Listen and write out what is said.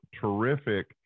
terrific